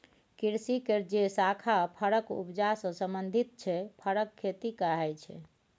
कृषि केर जे शाखा फरक उपजा सँ संबंधित छै फरक खेती कहाइ छै